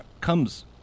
comes